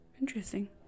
Interesting